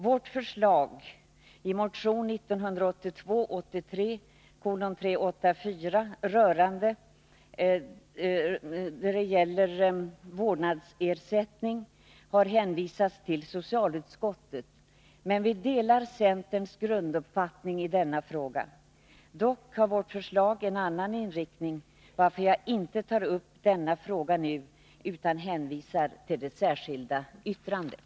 Vårt förslag i motionen 1982/83:384 om vårdnadsersättning har hänvisats till socialutskottet, men vi delar centerns grunduppfattning i denna fråga. Dock har vårt förslag en annan inriktning, varför jag inte tar upp denna fråga nu utan hänvisar till det särskilda yttrandet.